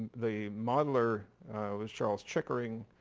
the modeler was charles chickering.